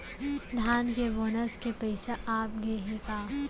धान के बोनस के पइसा आप गे हे का?